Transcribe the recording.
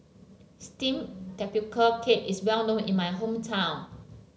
steamed Tapioca Cake is well known in my hometown